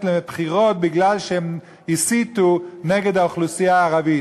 לבחירות כי הם הסיתו נגד האוכלוסייה הערבית.